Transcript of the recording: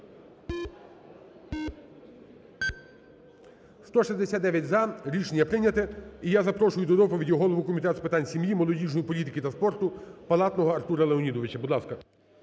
За-169 Рішення прийнято. І я запрошую до доповіді голову Комітету з питань сім'ї, молодіжної політики та спорту Палатного Артура Леонідовича. Будь ласка.